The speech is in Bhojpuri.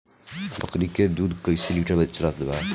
बकरी के दूध कइसे लिटर चलत बा?